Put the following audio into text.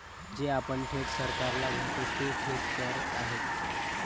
जे आपण थेट सरकारला भरतो ते थेट कर आहेत